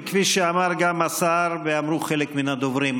וכפי שאמר גם השר ואמרו גם חלק מהדוברים,